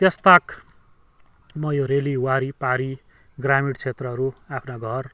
त्यसताक म यो रेली पारिवारि ग्रामीण क्षेत्रहरू आफ्ना घर